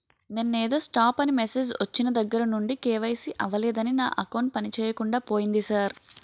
నిన్నేదో స్టాప్ అని మెసేజ్ ఒచ్చిన దగ్గరనుండి కే.వై.సి అవలేదని నా అకౌంట్ పనిచేయకుండా పోయింది సార్